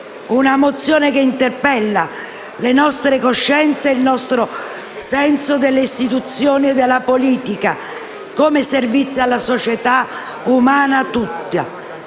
Una mozione che interpella le nostre coscienze e il nostro senso delle istituzioni e della politica come servizio alla società umana tutta.